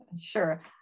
Sure